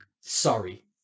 sorry